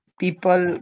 people